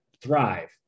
thrive